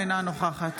אינה נוכחת